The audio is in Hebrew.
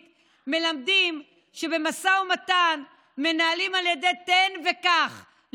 מלמדים שמשא ומתן מנהלים על ידי תן וקח,